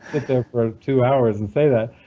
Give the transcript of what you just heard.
sit there for two hours and say that,